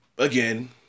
Again